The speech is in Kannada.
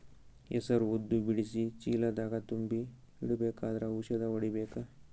ಹೆಸರು ಉದ್ದ ಬಿಡಿಸಿ ಚೀಲ ದಾಗ್ ತುಂಬಿ ಇಡ್ಬೇಕಾದ್ರ ಔಷದ ಹೊಡಿಬೇಕ?